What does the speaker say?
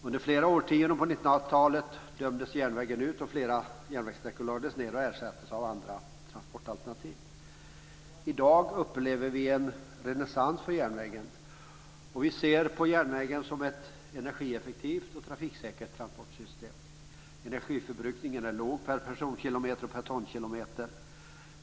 Under flera årtionden på 1900-talet dömdes järnvägen ut, och flera järnvägssträckor lades ned och ersattes av andra transportalternativ. I dag upplever vi en renässans för järnvägen, och vi ser på järnvägen som ett energieffektivt och trafiksäkert transportsystem. Energiförbrukningen är låg per personkilometer och per tonkilometer.